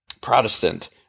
Protestant